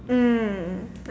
mm